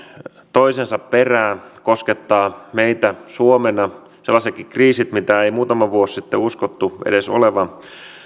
toisensa perään koskettavat meitä suomena sellaisetkin kriisit joita ei muutama vuosi sitten uskottu edes olevan